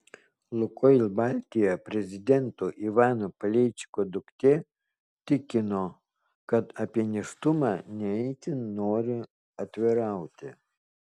lukoil baltija prezidento ivano paleičiko duktė tikino kad apie nėštumą ne itin nori atvirauti